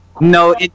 no